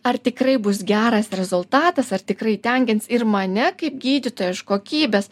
ar tikrai bus geras rezultatas ar tikrai tenkins ir mane kaip gydytoją iš kokybės